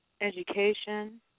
education